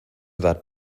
that